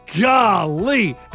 Golly